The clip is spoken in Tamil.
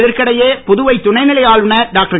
இதற்கிடையே புதுவை துணைநிலை ஆளுனர் டாக்டர்